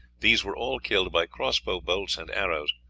these were all killed by cross-bow bolts and arrows,